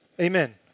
Amen